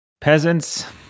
peasants